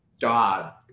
god